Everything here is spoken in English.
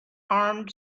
armed